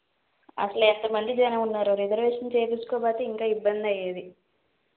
అసలు ఎంత మంది జనమున్నారో రిజర్వేషన్ చేయించక పోతే ఇంకా ఇబ్బందయ్యేది